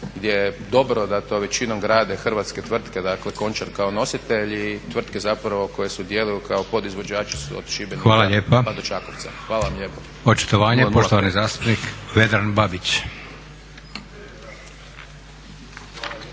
gdje je dobro da to većinom grade hrvatske tvrtke, dakle Končar kao nositelj i tvrtke zapravo koje djeluju kao podizvođači su od Šibenika pa do Čakovca. Hvala vam